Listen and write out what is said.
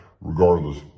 Regardless